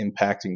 impacting